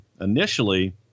initially